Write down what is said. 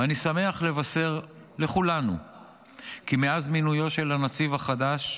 ואני שמח לבשר לכולנו כי מאז מינויו של הנציב החדש,